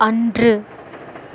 அன்று